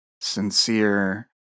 sincere